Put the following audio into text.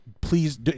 Please